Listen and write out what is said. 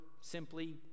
simply